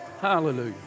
hallelujah